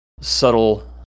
subtle